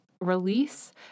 release